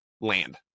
land